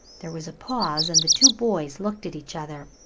there was a pause and the two boys looked at each other.